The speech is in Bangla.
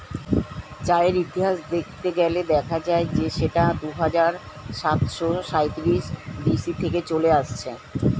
চায়ের ইতিহাস দেখতে গেলে দেখা যায় যে সেটা দুহাজার সাতশো সাঁইত্রিশ বি.সি থেকে চলে আসছে